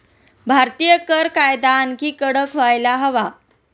भारतीय कर कायदा आणखी कडक व्हायला हवा